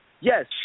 Yes